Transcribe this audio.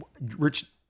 Rich